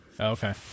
Okay